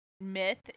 myth